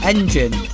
Engine